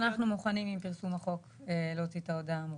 אנחנו מוכנים עם פרסום החוק להוציא את ההודעה האמורה.